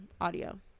audio